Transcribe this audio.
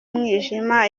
umwijima